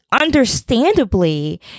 understandably